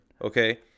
okay